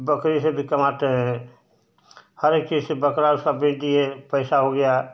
बकरी से भी कमाते हैं हरेक चीज़ से बकरा सब बेच दिए पैसा हो गया